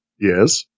Yes